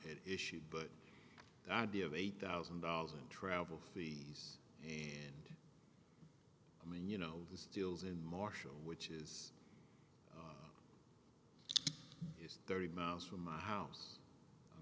an issue but the idea of eight thousand dollars in travel fee and i mean you know the stills in marshall which is thirty miles from my house i